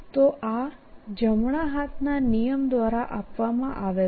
તોઆ જમણા હાથના નિયમ દ્વારા આપવામાં આવેલ છે